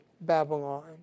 Babylon